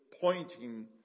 pointing